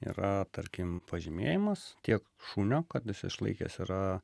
yra tarkim pažymėjimas tiek šunio kad jis išlaikęs yra